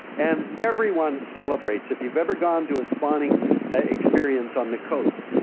and everyone celebrates. if you've ever gone to a spawning ah experience on the coast,